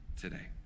today